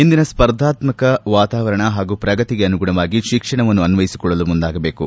ಇಂದಿನ ಸ್ಪರ್ಧಾತ್ಸಕ ವಾತಾವರಣ ಹಾಗೂ ಪ್ರಗತಿಗೆ ಅನುಗುಣವಾಗಿ ಶಿಕ್ಷಣವನ್ನು ಅನ್ವಯಿಸಿಕೊಳ್ಳಲು ಮುಂದಾಗಬೇಕು